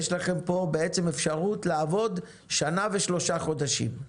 יש לכם אפשרות לעבוד שנה ושלושה חודשים,